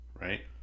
right